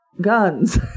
guns